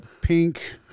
pink